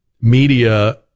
media